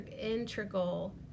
integral